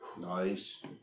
Nice